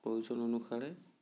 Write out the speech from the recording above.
প্ৰয়োজন অনুসাৰে